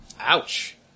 Ouch